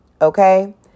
Okay